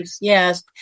Yes